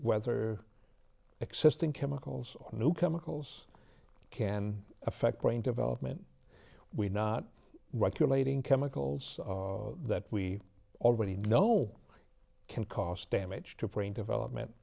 whether existing chemicals or new chemicals can affect brain development we're not regulating chemicals that we already know can cause damage to brain development